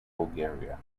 bulgaria